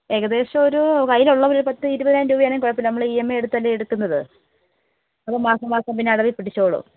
ഏകദേശം ഒരു കയ്യിലുള്ള ഒരു പത്ത് ഇരുപതിനായിരം രൂപയാണെങ്കിൽ കുഴപ്പമില്ല നമ്മൾ ഇ എം ഐ എടുത്തല്ലേ എടുക്കുന്നത് അപ്പം മാസം മാസം പിന്നെ അടവിൽ പിടിച്ചോളും